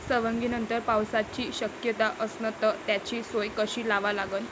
सवंगनीनंतर पावसाची शक्यता असन त त्याची सोय कशी लावा लागन?